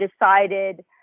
decided